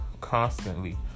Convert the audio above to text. constantly